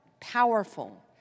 powerful